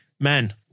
Men